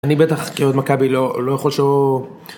אני בטח, כאוהד מכבי לא, לא יכול שלא...